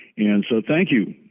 and so thank you,